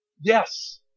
Yes